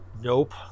Nope